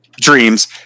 dreams